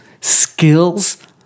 skills